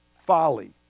folly